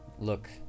look